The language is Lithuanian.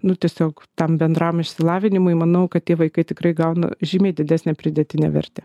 nu tiesiog tam bendram išsilavinimui manau kad tie vaikai tikrai gauna žymiai didesnę pridėtinę vertę